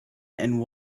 and